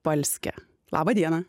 palske labą dieną